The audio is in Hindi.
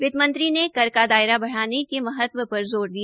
वित्तमंत्री ने कर का दायरा बढ़ाने के महत्व पर ज़ोर दिया